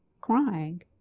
crying